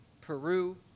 Peru